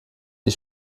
die